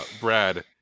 Brad